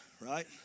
right